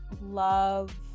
love